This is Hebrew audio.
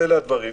אלה הדברים.